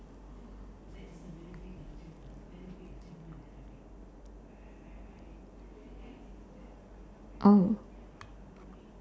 oh